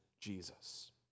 Jesus